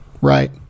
right